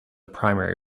primary